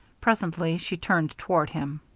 presently she turned toward him.